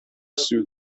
suit